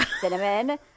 cinnamon